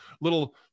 little